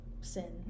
sin